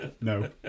No